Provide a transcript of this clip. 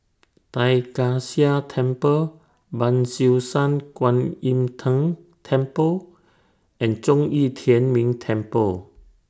Tai Kak Seah Temple Ban Siew San Kuan Im Tng Temple and Zhong Yi Tian Ming Temple